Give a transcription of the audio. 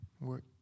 work